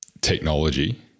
technology